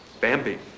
Bambi